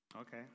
Okay